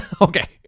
okay